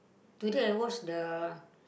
today I watch the